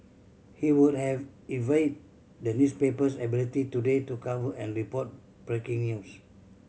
he would have envied the newspaper's ability today to cover and report breaking news